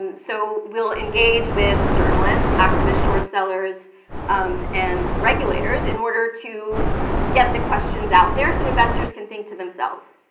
and so we'll engage with journalists, activists, short sellers and regulators in order to get the questions out there. so investors can think to themselves.